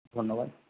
ধন্যবাদ